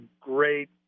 great